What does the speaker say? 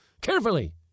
Carefully